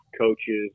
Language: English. coaches